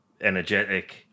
energetic